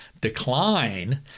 decline